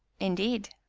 indeed!